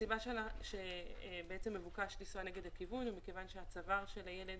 הסיבה שמבוקש לנסוע נגד הכיוון היא כיוון שצוואר הילד